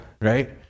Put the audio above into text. right